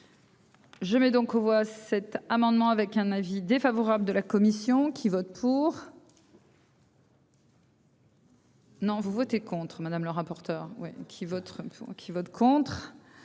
Je mets donc aux voix cet amendement avec un avis défavorable de la commission qui vote pour. Non, vous votez contre madame le rapporteur oui qui votre